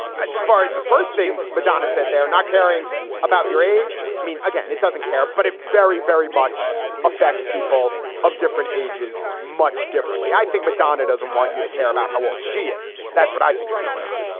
as far as the first thing madonna said, they're not caring about your age. i mean, again, it doesn't care, but it very, very much affects people of different ages much differently. i think madonna doesn't want you to care about how old she is. that's what i think is going on.